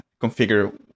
configure